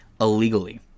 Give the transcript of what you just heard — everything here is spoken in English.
illegally